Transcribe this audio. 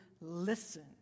listen